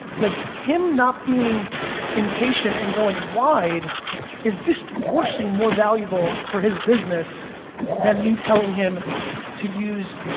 like, him not being impatient and going wide is disproportionately more valuable for his business than me telling him to use,